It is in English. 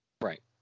right